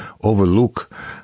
overlook